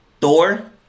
thor